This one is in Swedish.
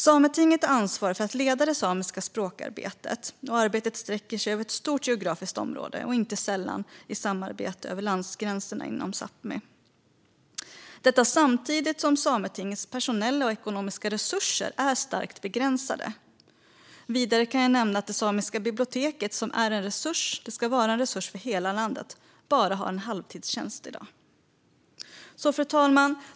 Sametinget har ansvar för att leda det samiska språkarbetet, som sträcker sig över ett stort geografiskt område, inte sällan med samarbeten över landsgränserna inom Sápmi, detta samtidigt som Sametingets personella och ekonomiska resurser är starkt begränsade. Vidare kan jag nämna att det samiska biblioteket, som ska vara en resurs för hela landet, bara har en halvtidstjänst i dag. Fru talman!